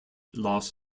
loss